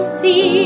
see